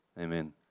Amen